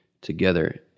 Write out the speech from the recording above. together